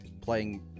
playing